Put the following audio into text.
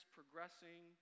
progressing